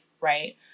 right